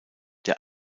der